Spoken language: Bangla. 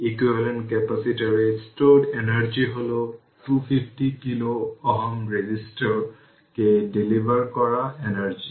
ইকুইভ্যালেন্ট ক্যাপাসিটরে স্টোরড এনার্জি হল 250 কিলো Ω রেজিস্টর কে ডেলিভার করা এনার্জি